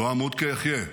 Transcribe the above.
"לא אמות כי אחיה"